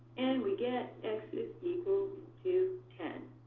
and we get x is equal to ten.